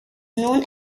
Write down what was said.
known